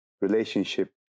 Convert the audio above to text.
relationship